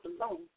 alone